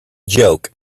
joke